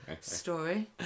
story